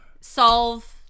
solve